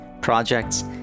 projects